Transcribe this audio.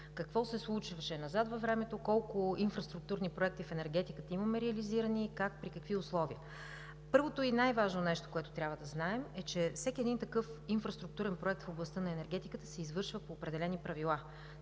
какво се случи назад във времето, колко инфраструктурни проекти в енергетиката имаме реализирани, как и при какви условия. Първото и най-важно нещо, което трябва да знаем, е, че всеки един такъв инфраструктурен проект в областта на енергетиката се извършва по определени правила.